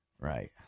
right